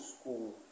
school